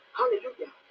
hallelujah